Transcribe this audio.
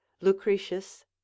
Lucretius